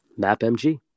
MapMG